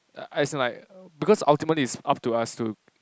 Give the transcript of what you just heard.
as in like because ultimately it's up to us to